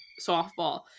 softball